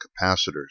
capacitors